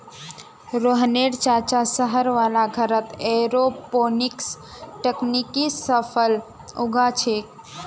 रोहनेर चाचा शहर वाला घरत एयरोपोनिक्स तकनीक स फल उगा छेक